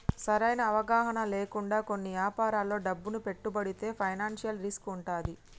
సరైన అవగాహన లేకుండా కొన్ని యాపారాల్లో డబ్బును పెట్టుబడితే ఫైనాన్షియల్ రిస్క్ వుంటది